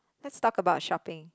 let's talk about shopping